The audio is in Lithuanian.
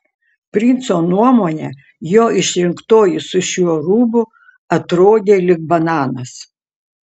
princo nuomone jo išrinktoji su šiuo rūbu atrodė lyg bananas